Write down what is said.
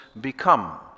become